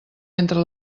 entre